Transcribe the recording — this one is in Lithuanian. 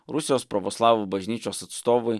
rusijos pravoslavų bažnyčios atstovai